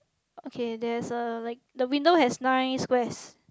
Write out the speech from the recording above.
okay there is a like the window has nice squares